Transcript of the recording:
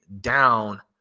down